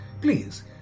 please